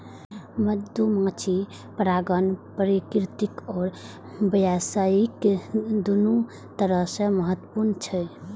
मधुमाछी परागण प्राकृतिक आ व्यावसायिक, दुनू तरह सं महत्वपूर्ण छै